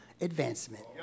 advancement